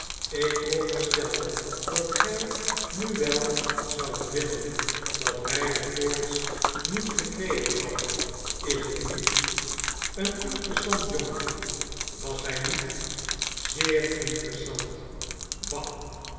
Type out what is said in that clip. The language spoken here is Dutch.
ik veronderstel dat gij nu wel zoudt willen dat hij de koorts niet gekregen had is t niet een interessant jongetje was hij niet zeer interessant bah